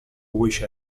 wish